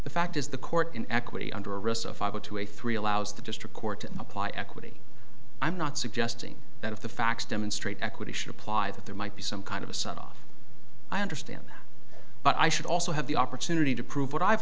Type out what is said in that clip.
the fact is the court in equity under arrest if i go to a three allows the district court to apply equity i'm not suggesting that if the facts demonstrate equity should apply that there might be some kind of a subtle i understand but i should also have the opportunity to prove what i've